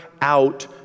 out